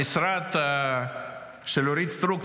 המשרד של אורית סטרוק,